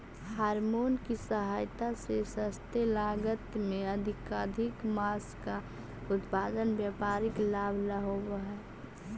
hormone की सहायता से सस्ते लागत में अधिकाधिक माँस का उत्पादन व्यापारिक लाभ ला होवअ हई